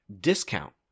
discount